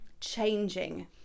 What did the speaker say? changing